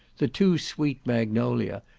the too sweet magnolia,